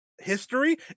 history